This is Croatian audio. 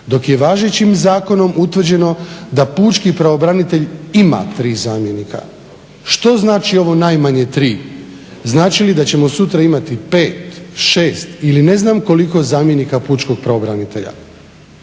dok je važećim zakonom utvrđeno da pučki pravobranitelj ima tri zamjenika. Što znači ovo najmanje tri? Znači li da ćemo sutra imati pet, šest ili ne znam koliko zamjenika pučkog pravobranitelja.